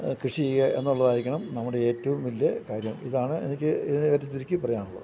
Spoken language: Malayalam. കൃഷി ചെയ്യുക എന്നുള്ളത് ആയിരിക്കണം നമ്മുടെ ഏറ്റവും വലിയ കാര്യം ഇതാണ് എനിക്ക് ഇതിനെ പറ്റി ചുരുക്കി പറയാനുള്ളത്